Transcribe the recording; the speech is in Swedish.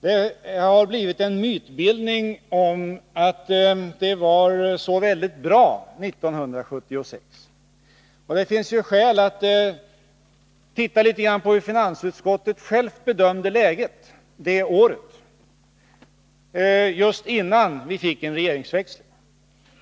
Det har blivit en mytbildning om att allt var så väldigt bra 1976. Det finns därför skäl att se på hur finansutskottet bedömde läget det året, just innan vi fick en regeringsväxling.